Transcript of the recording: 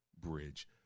Bridge